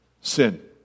sin